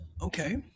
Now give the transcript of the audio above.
Okay